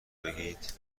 بگید